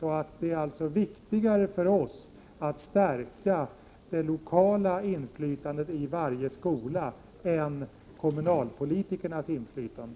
Det är alltså viktigare för oss att stärka det lokala inflytandet i varje skola än kommunalpolitikernas inflytande.